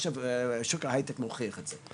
ושוק ההיי-טק מוכיח את זה.